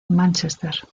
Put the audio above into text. manchester